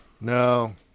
No